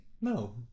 No